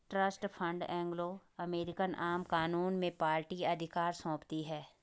trust fund Anglo American आम कानून में पार्टी अधिकार सौंपती है